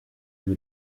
più